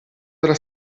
dalla